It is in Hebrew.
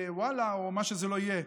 בוואלה או מה שזה לא יהיה.